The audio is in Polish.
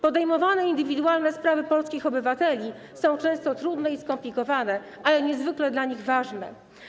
Podejmowane indywidualne sprawy polskich obywateli są często trudne i skomplikowane, ale niezwykle dla nich ważne.